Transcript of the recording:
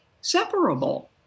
separable